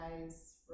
guys